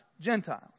Gentiles